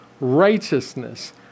Righteousness